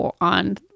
on